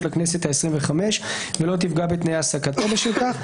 לכנסת העשרים וחמש ולא תפגע בתנאי העסקתו בשל כך.